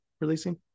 releasing